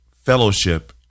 Fellowship